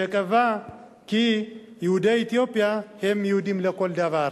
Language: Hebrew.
שקבע כי יהודי אתיופיה הם יהודים לכל דבר.